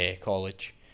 College